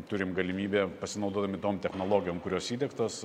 turim galimybę pasinaudodami tom technologijom kurios įdiegtos